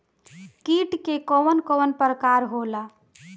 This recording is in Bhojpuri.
कीट के कवन कवन प्रकार होला?